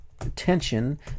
attention